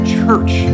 church